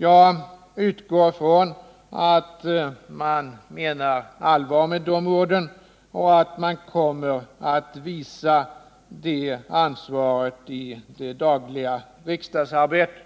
Jag utgår ifrån att man menar allvar med sina ord och att man kommer att visa det ansvaret i det dagliga riksdagsarbetet.